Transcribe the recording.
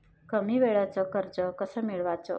कमी वेळचं कर्ज कस मिळवाचं?